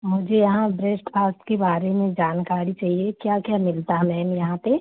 मुझे यहाँ ब्रेस्टफास के बारे में जानकारी चाहिए क्या क्या मिलता है मैम यहाँ पर